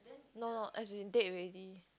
no no as it dead already